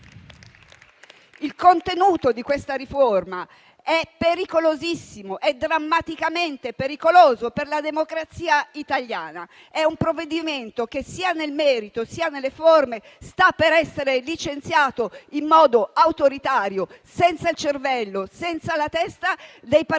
Il contenuto di questa riforma è pericolosissimo, è drammaticamente pericoloso per la democrazia italiana. È un provvedimento che, sia nel merito sia nelle forme, sta per essere licenziato in modo autoritario, senza cervello, senza la testa dei parlamentari